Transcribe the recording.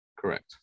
Correct